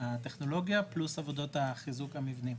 הטכנולוגיה פלוס עבודות חיזוק המבנה.